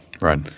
right